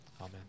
Amen